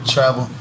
travel